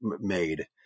made